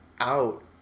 out